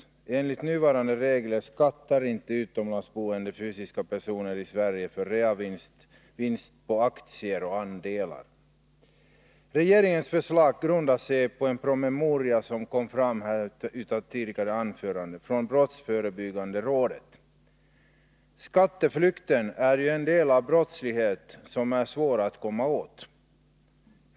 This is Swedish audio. Utomlands boende fysiska personer skattar enligt nuvarande regler inte i Sverige för reavinst på aktier och andelar. Regeringens förslag grundar sig, som framkommit av tidigare anförande, på en promemoria från brottsförebyggande rådet. Skatteflykt är ju en del av den brottslighet som är svår att komma åt.